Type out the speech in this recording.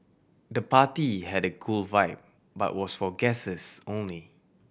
the party had a cool vibe but was for guests only